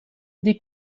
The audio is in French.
des